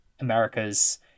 america's